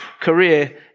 career